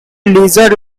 lizard